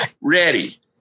ready